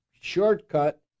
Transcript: shortcut